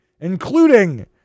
including